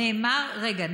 רגע.